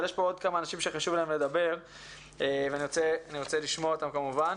אבל יש פה עוד כמה אנשים שחשוב להם לדבר ואני רוצה לשמוע אותם כמובן.